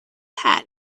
hat